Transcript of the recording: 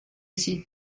sit